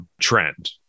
trend